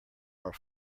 are